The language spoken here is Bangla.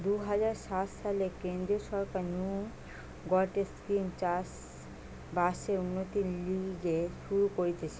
দুই হাজার সাত সালে কেন্দ্রীয় সরকার নু গটে স্কিম চাষ বাসের উন্নতির লিগে শুরু করতিছে